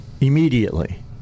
immediately